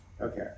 Okay